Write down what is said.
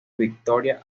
victoria